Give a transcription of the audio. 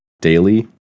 daily